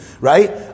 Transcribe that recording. right